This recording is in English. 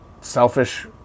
selfish